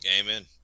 Amen